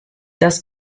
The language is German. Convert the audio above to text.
das